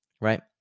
right